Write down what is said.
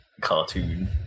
cartoon